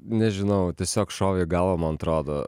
nežinau tiesiog šovė į galvą man atrodo